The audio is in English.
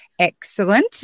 Excellent